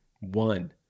one